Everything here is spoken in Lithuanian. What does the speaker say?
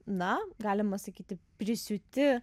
na galima sakyti prisiūti